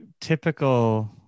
typical